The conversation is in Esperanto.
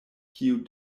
kiu